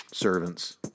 servants